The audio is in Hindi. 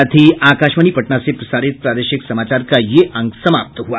इसके साथ ही आकाशवाणी पटना से प्रसारित प्रादेशिक समाचार का ये अंक समाप्त हुआ